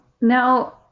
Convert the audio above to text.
Now